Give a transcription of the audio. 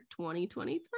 2023